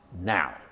now